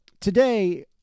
today